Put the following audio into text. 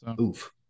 Oof